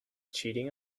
cheating